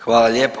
Hvala lijepo.